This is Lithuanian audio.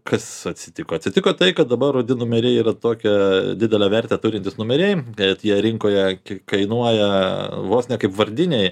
kas atsitiko atsitiko tai kad dabar rudi numeriai yra tokią didelę vertę turintys numeriai kad jie rinkoje kiek kainuoja vos ne kaip vardiniai